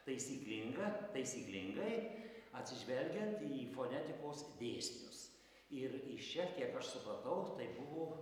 taisyklinga taisyklingai atsižvelgiant į fonetikos dėsnius ir iš čia šiek kiek aš supratau tai buvo